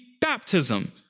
baptism